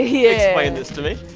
yeah explain this to me